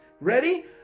ready